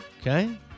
Okay